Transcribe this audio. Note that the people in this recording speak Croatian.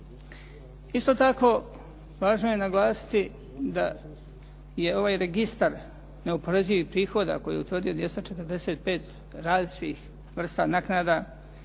Isto tako, važno je naglasiti da je ovaj registar neoporezivih prihoda koji je utvrdio 245 različitih vrsta naknada,